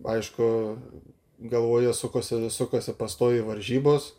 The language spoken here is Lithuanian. aišku galvoje sukosi sukosi pastoviai varžybos